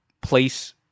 place